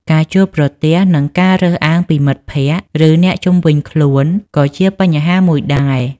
ការជួបប្រទះនឹងការរើសអើងពីមិត្តភក្ដិ ឬអ្នកជុំវិញខ្លួនក៏ជាបញ្ហាមួយដែរ។